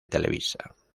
televisa